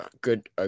good